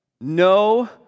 No